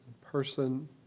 person